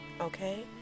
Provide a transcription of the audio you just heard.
okay